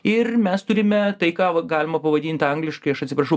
ir mes turime tai ką galima pavadinti angliškai aš atsiprašau